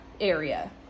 area